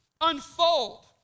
unfold